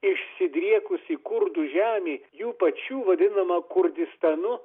išsidriekusi kurdų žemė jų pačių vadinama kurdistanu